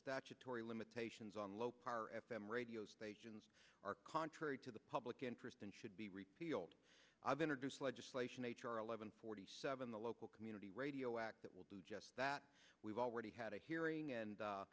statutory limitations on low power f m radio stations are contrary to the public interest and should be repealed i've introduced legislation h r eleven forty seven the local community radio act that will do just that we've already had a hearing